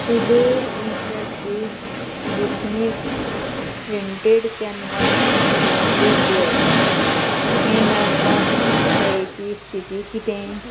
Kuber industries Disney printed canvas laundry bag हें मेळपाक शक्यतायेची स्थिती कितें